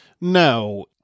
no